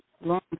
long